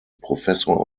professor